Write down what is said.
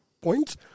points